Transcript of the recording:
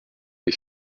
est